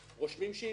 רושמים שעבודים,